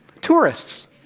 Tourists